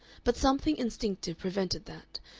but something instinctive prevented that,